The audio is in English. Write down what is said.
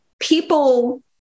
people